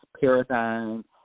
paradigm